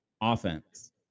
offense